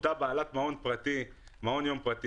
אותה בעלת מעון יום פרטי?